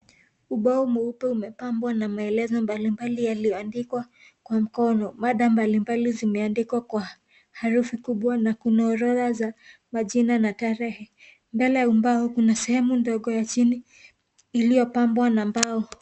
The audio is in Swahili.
Ubao mweupe umepabwa na maelezo mbalimbali yaliyoandikwa kwa mkono. Mada mbalimbali zimeandikwa kwa herufi kubwa na kuna orodha za majina na tarehe. Mbele ya ubao kuna sehemu ndogo ya chini iliyopambwa na mbao.